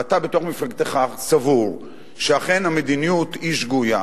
ואתה בתוך מפלגתך סבור שאכן המדיניות היא שגויה,